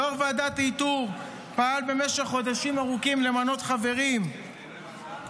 יו"ר ועדת איתור פעל במשך חודשים ארוכים למנות חברים חדשים,